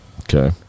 Okay